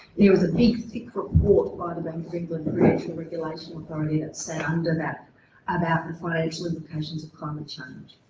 there was a big, thick report by the bank of england and the financial regulation authority that sat under that about the financial implications of climate change.